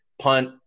punt